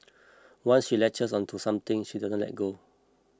once she latches onto something she doesn't let go